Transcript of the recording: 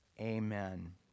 Amen